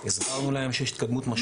הסברנו להם שיש התקדמות משמעותית.